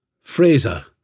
Fraser